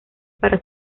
para